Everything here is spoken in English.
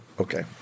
Okay